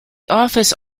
office